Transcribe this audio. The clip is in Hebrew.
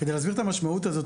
כדי להסביר את המשמעות הזאת,